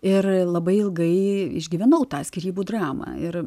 ir labai ilgai išgyvenau tą skyrybų dramą ir